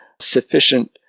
sufficient